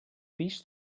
pis